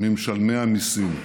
ממשלמי המיסים.